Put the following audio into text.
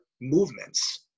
movements